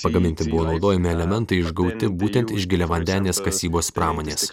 pagaminti buvo naudojami elementai išgauti būtent iš giliavandenės kasybos pramonės